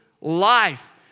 life